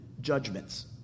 judgments